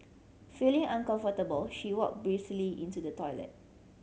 feeling uncomfortable she walked briskly into the toilet